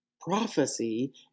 prophecy